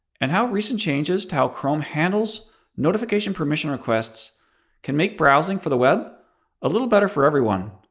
and how recent changes to how chrome handles notification permission requests can make browsing for the web a little better for everyone.